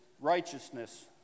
righteousness